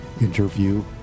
interview